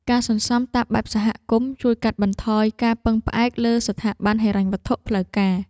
ការសន្សំតាមបែបសហគមន៍ជួយកាត់បន្ថយការពឹងផ្អែកលើស្ថាប័នហិរញ្ញវត្ថុផ្លូវការ។